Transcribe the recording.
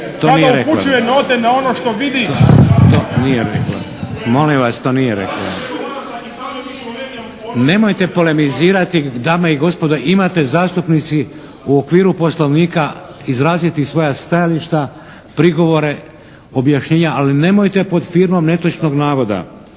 razumije se./ … **Šeks, Vladimir (HDZ)** Nemojte polemizirati. Dame i gospodo, imate zastupnici u okviru Poslovnika izraziti svoja stajališta, progovore, objašnjenja, ali nemojte pod firmom netočnog navoda.